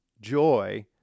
joy